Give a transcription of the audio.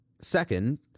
Second